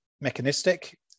mechanistic